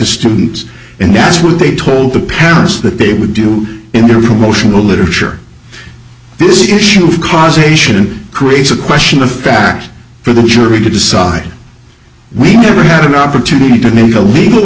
students and that's what they told the parents that they would do in their promotion literature this issue of causation creates a question of fact for the jury to decide we never had an opportunity to name the legal